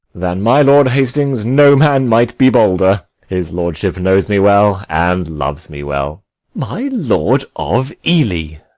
than my lord hastings no man might be bolder his lordship knows me well and loves me well my lord of ely,